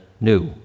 new